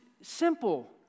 simple